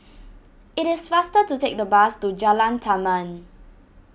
it is faster to take the bus to Jalan Taman